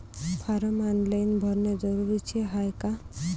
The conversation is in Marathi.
फारम ऑनलाईन भरने जरुरीचे हाय का?